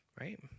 right